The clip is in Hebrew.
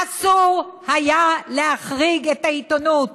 אסור היה להחריג את העיתונות.